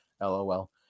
Lol